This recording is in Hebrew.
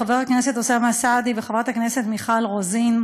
חבר הכנסת אוסאמה סעדי וחברת הכנסת מיכל רוזין.